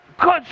good